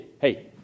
hey